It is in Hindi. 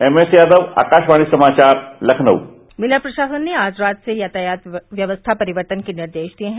एम एस यादव आकाशवाणी समाचार लखनऊ मेला प्रशासन ने आज रात से यातायात व्यवस्था परिवर्तन के निर्देश दिए हैं